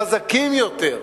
חזקים יותר.